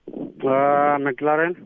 McLaren